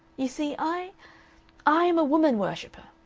you see, i i am a woman worshipper.